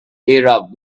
arab